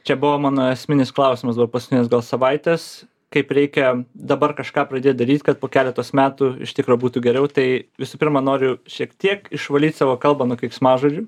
čia buvo mano esminis klausimas buvo paskutinis gal savaitės kaip reikia dabar kažką pradėt daryt kad po keletos metų iš tikro būtų geriau tai visų pirma noriu šiek tiek išvalyt savo kalbą nuo keiksmažodžių